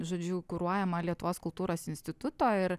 žodžiu kuruojama lietuvos kultūros instituto ir